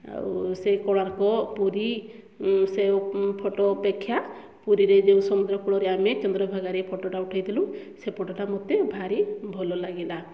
ଆଉ ସେଇ କୋଣାର୍କ ପୁରୀ ସେଉ ଫଟୋ ଅପେକ୍ଷା ପୁରୀରେ ଯେଉଁ ସମୁଦ୍ରକୂଳରେ ଆମେ ଚନ୍ଦ୍ରଭାଗାରେ ଫଟୋଟା ଉଠାଇଥିଲୁ ସେଇ ଫଟୋଟା ମୋତେ ଭାରି ଭଲ ଲାଗିଲା